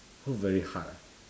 work very hard ah